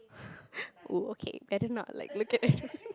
oo okay better not like look at